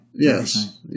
Yes